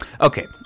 Okay